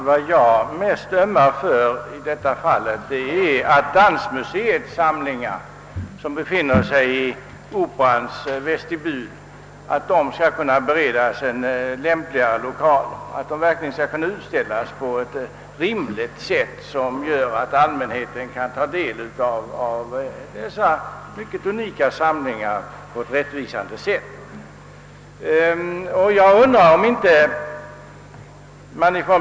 Vad jag mest ömmar för i detta fall är att Dansmuseets mycket unika samlingar, som nu befinner sig i Operans vestibul, skall kunna beredas en lämpligare lokal, så att de skall kunna utställas på ett rättvisande sätt och att allmänheten får bättre möjligheter att ta del av dem.